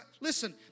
listen